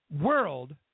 world